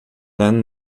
then